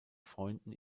freunden